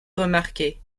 remarquer